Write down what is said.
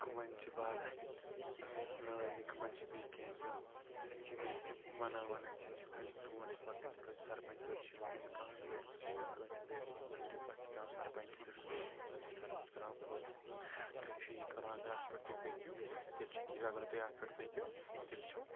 کَمَن چھُ باغَس نٲلی نِنۍ کَمَن چھِ بیٚیہِ کیٚنٛہہ دیُن تَتہِ چھِ یِمَے جہٕ وَنان وَنان چھِ برٛونٛٹھ چھِ پَکان سَرپنٛچ صٲب چھُ وَنان ییٚلہِ کانٛہہ لٔڑکہٕ چھُ نِوان کٲنٛسہِ لٔڑکی ژوٗرِ پَتہٕ چھِ پٮ۪وان سَرپنٛجَس پٮ۪ٹھ سُہ مَسلہٕ پَتہٕ چھِ سَرپنٛچ کَران فٲصلہٕ تۄہہِ چھُو یہِ کَرُن اَگر اَتھ پٮ۪ٹھ تُہۍ پٔکِو تیٚلہِ چھُ ٹھیٖک اَگر نہٕ تُہۍ اَتھ پٮ۪ٹھ پٔکِو تیٚلہِ چھُو